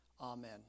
Amen